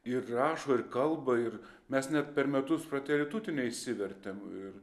ir rašo ir kalba ir mes net per metus prateri tuti neišsivertėm ir